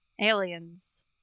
Aliens